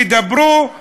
ידברו,